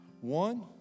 One